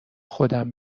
خودم